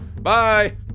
Bye